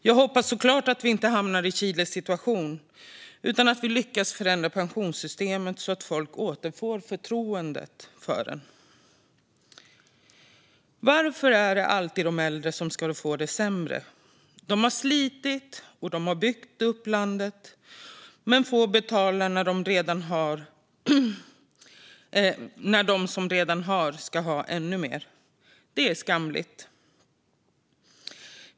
Jag hoppas såklart att vi inte hamnar i Chiles situation utan att vi lyckas förändra vårt pensionssystem så att folk återfår förtroendet för det. Varför är det alltid de äldre som ska få det sämre? De har slitit och byggt upp landet men får betala när de som redan har ska ha ännu mer. Det är skamligt.